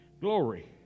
glory